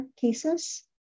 cases